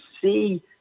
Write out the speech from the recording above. see